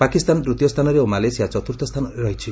ପାକିସ୍ତାନ ତୃତୀୟ ସ୍ଥାନରେ ଓ ମାଲେସିଆ ଚତୁର୍ଥ ସ୍ଥାନରେ ରହିଛି